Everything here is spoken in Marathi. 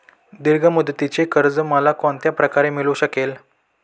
दीर्घ मुदतीचे कर्ज मला कोणत्या प्रकारे मिळू शकेल?